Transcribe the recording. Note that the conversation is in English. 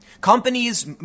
companies